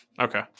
Okay